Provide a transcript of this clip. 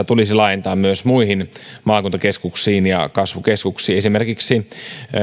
tulisi laajentaa myös muihin maakuntakeskuksiin ja kasvukeskuksiin esimerkiksi